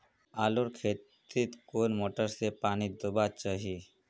आलूर खेतीत कुन मोटर से पानी दुबा चही?